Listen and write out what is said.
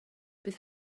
bydd